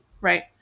right